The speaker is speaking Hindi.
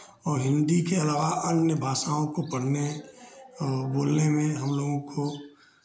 और हिन्दी के अलावा अन्य भाषाओं को पढ़ने बोलने में हमलोगों को